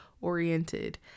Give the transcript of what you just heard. oriented